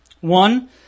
One